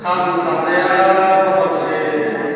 खाम दामनाया मथामथि